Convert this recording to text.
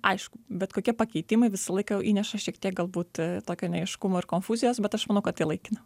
aišku bet kokie pakeitimai visą laiką įneša šiek tiek galbūt tokio neaiškumo ir konfuzijos bet aš manau kad tai laikina